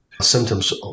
symptoms